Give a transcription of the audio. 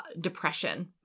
depression